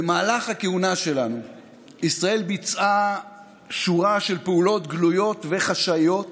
במהלך הכהונה שלנו ישראל ביצעה שורה של פעולות גלויות וחשאיות